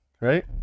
right